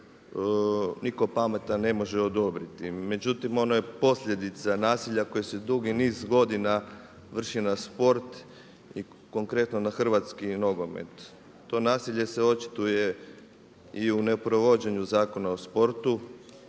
nitko pametan ne može odobriti. Međutim, ono je posljedica nasilja koje se dugi niz godina vrši na sport i konkretno na hrvatski nogomet. To nasilje se očituje i u neprovođenju Zakona o sportu.